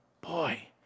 Boy